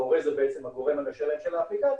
ההורה זה בעצם הגורם המשלם של האפליקציה,